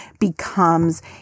becomes